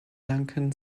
lankan